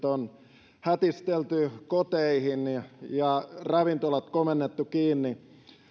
on hätistelty koteihin ja ravintolat komennettu kiinni